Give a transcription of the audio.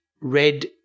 red